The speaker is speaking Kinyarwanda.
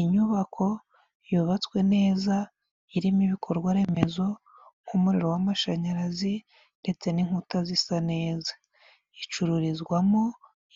Inyubako yubatswe neza, irimo ibikorwa remezo nk'umuriro w'amashanyarazi, ndetse n'inkuta zisa neza. Icururizwamo